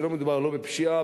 שלא מדובר בפשיעה,